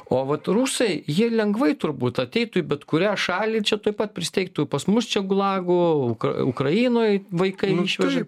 o vat rusai jie lengvai turbūt ateitų į bet kurią šalį čia tuoj pat prisiteiktų pas mus čia gulagų uk ukrainoj vaikai išveža